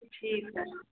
ठीक है